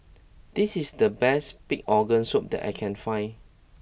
this is the best Pig Organ Soup that I can find